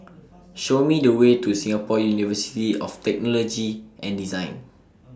Show Me The Way to Singapore University of Technology and Design